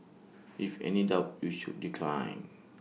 if in any doubt you should decline